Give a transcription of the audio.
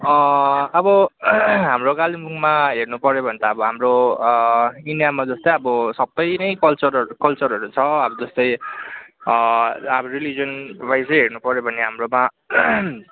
अब हाम्रो कालेम्पोङमा हेर्नु पर्यो भने त अब हाम्रो इन्डियामा जस्तै अब सबै नै कल्चरहरू कल्चरहरू छ अब जस्तै अब रिलिजनलाई चाहिँ हेर्नु पर्यो भने हाम्रोमा